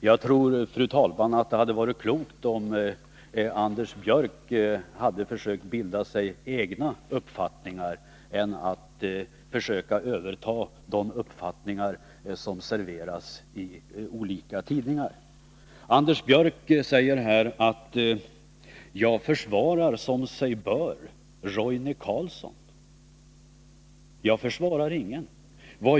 Fru talman! Jag tror att det hade varit klokare av Anders Björck att försöka bilda sig egna uppfattningar än att överta de uppfattningar som serveras i olika tidningar. Anders Björck påstår att jag för min del ”som sig bör” försvarar Roine Carlsson. Jag försvarar ingen.